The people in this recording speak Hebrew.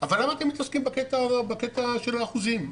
אבל למה אתם מתעסקים בקטע של האחוזים?